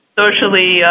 socially